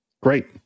Great